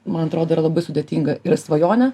man atrodo yra labai sudėtinga ir svajonę